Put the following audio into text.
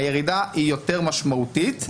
הירידה יותר משמעותית,